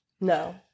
No